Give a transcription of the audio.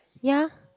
ya